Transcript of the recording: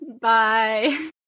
Bye